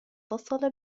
اتصل